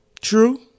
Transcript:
True